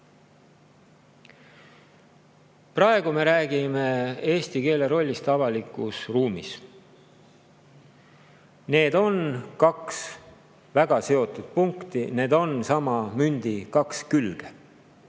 Praegu me räägime eesti keele rollist avalikus ruumis. Need on kaks väga seotud punkti, need on sama mündi kaks külge.